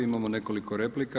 Imamo nekoliko replika.